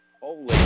Holy